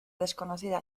desconocida